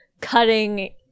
cutting